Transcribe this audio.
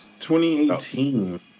2018